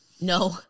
no